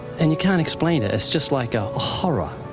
and you can't explain it, it's just like a horror.